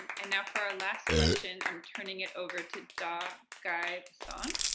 and now for our last question, i'm turning it over to daa guy-vasson.